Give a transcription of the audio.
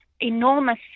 enormous